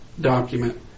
document